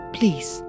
Please